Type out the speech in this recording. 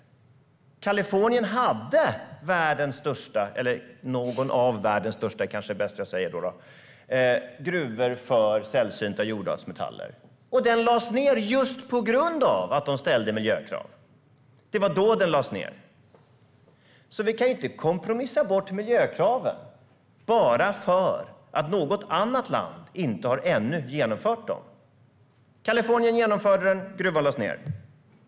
Kalifornien hade världens största gruva - eller det kanske är bäst att jag säger någon av världens största gruvor - för sällsynta jordartsmetaller. Den lades ned just på grund av att man ställde miljökrav. Det var då den lades ned. Vi kan inte kompromissa bort miljökraven bara för att något annat land ännu inte har genomfört dem. Kalifornien genomförde dem. Gruvan lades ned.